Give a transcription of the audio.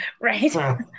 Right